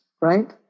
right